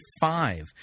Five